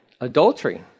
Adultery